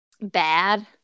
bad